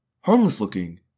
Harmless-looking